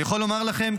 אני יכול לומר לכם,